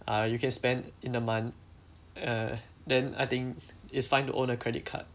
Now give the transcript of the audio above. uh you can spend in a month uh then I think it's fine to own a credit card